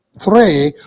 three